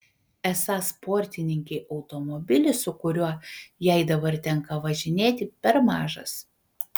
esą sportininkei automobilis su kuriuo jai dabar tenka važinėti per mažas